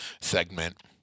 segment